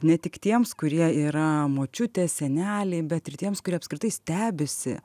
ne tik tiems kurie yra močiutės seneliai bet ir tiems kurie apskritai stebisi